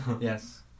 Yes